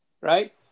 right